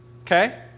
Okay